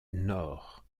nord